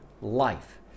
life